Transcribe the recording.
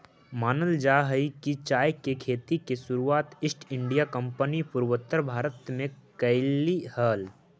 मानल जा हई कि चाय के खेती के शुरुआत ईस्ट इंडिया कंपनी पूर्वोत्तर भारत में कयलई हल